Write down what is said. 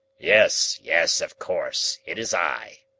yes, yes, of course, it is i.